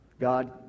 God